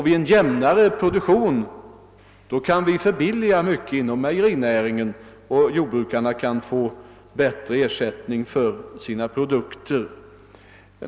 Detta skulle på många punkter förbilliga verksamheten inom mejerinäringen, varigenom jordbrukarna kunde få bättre ersättning för sina produkter.